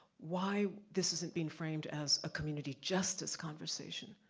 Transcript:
why this isn't being framed as a community justice conversation,